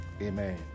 Amen